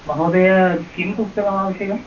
महोदय किं पुस्तकम् आवश्यकम्